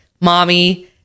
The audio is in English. mommy